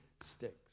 sticks